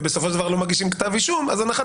ובסופו של דבר לא מגישים כתב אישום הנחת